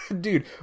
dude